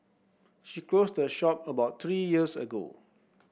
she closed her shop about three years ago